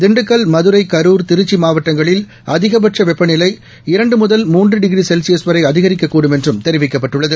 திண்டுக்கல் மதுரை கரூர் திருச்சி மாவட்டங்களில் அதிகபட்ச வெப்பநிலை இரண்டு முதல்மூன்று டிகிரி செல்சியஸ் வரை அதிகரிக்கக்கூடும் என்றும் தெரிவிக்கப்பட்டுள்ளது